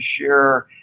share